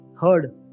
heard